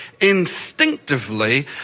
instinctively